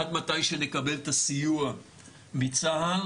עד מתי שנקבל את הסיוע מצה"ל.